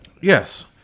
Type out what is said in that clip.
yes